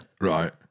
Right